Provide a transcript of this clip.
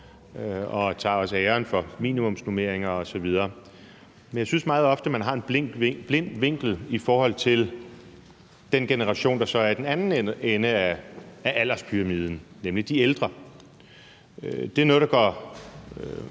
og tager også æren for minimumsnormeringer osv. Men jeg synes, at man meget ofte har en blind vinkel i forhold til den generation, der så er i den anden ende af alderspyramiden, nemlig de ældre. Det er noget, der går